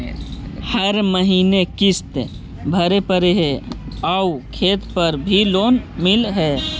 हर महीने में किस्त भरेपरहै आउ खेत पर भी लोन मिल है?